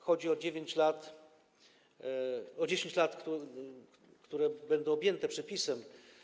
Chodzi o 9 lat, o 10 lat, które będą objęte przepisem.